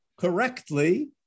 Correctly